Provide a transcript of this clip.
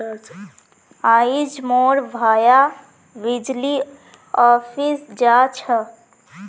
आइज मोर भाया बिजली ऑफिस जा छ